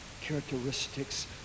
characteristics